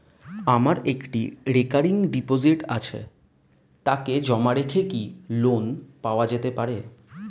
আমার একটি recurring deposit আছে তাকে জমা দিয়ে কি লোন পাওয়া যেতে পারে?